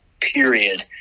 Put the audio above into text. period